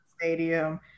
Stadium